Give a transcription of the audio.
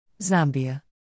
Zambia